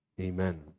Amen